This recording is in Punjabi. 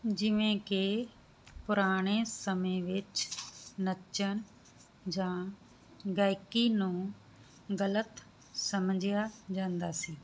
ਜਿਵੇਂ ਕਿ ਪੁਰਾਣੇ ਸਮੇਂ ਵਿੱਚ ਨੱਚਨ ਜਾਂ ਗਾਇਕੀ ਨੂੰ ਗਲਤ ਸਮਝਿਆ ਜਾਂਦਾ ਸੀ